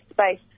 space